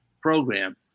program